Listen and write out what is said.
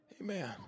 Amen